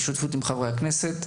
בשיתוף עם חברי הכנסת,